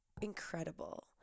incredible